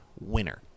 winner